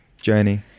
journey